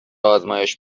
آزمایش